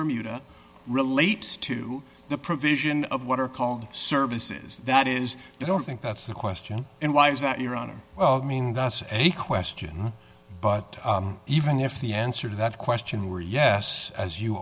bermuda relates to the provision of what are called services that is i don't think that's the question and why is that your honor i mean that's a question but even if the answer to that question were yes as you